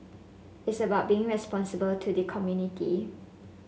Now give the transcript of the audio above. it's about being responsible to the community